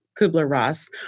Kubler-Ross